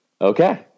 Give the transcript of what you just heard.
okay